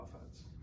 offense